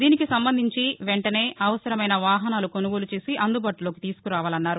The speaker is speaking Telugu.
దీనికి సంబంధించి వెంటనే అవసరమైన వాహనాలు కొసుగోలు చేసి అందుబాటులోకి తీసుకురావాలన్నారు